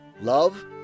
love